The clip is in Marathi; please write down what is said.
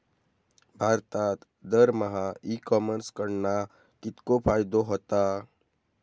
भारतात दरमहा ई कॉमर्स कडणा कितको फायदो होता?